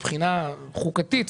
מבחינה תחוקתית,